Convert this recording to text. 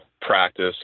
practice